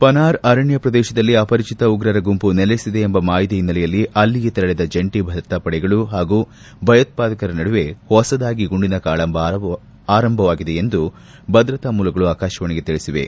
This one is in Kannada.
ಪನಾರ್ ಅರಣ್ಯ ಪ್ರದೇಶದಲ್ಲಿ ಅಪರಿಚಿತ ಉಗ್ರರ ಗುಂಪು ನೆಲೆಸಿದೆ ಎಂಬ ಮಾಹಿತಿ ಹಿನ್ನೆಲೆಯಲ್ಲಿ ಅಲ್ಲಿಗೆ ತೆರಳಿದ ಜಂಟಿ ಭದ್ರತಾ ಪಡೆಗಳು ಹಾಗೂ ಭಯೋತ್ವಾದಕರ ನಡುವೆ ಹೊಸದಾಗಿ ಗುಂಡಿನ ಕಾಳಗ ಆರಂಭವಾಗಿದೆ ಎಂದು ಭದ್ರತಾ ಮೂಲಗಳು ಆಕಾಶವಾಣಿಗೆ ತಿಳಿಸಿವೆ